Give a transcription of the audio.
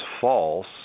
false